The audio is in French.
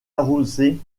arrosée